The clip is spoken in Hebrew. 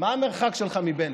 מה המרחק שלך מבנט?